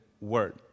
word